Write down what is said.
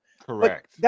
Correct